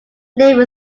name